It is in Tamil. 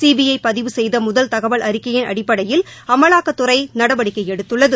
சிபிஐ பதிவு செய்த முதல் தகவல் அறிக்கையின் அடிப்படையில் அமலாக்கத்துறை நடவடிக்கை எடுத்துள்ளது